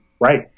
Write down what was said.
right